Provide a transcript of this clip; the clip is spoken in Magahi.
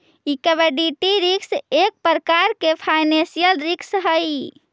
लिक्विडिटी रिस्क एक प्रकार के फाइनेंशियल रिस्क हई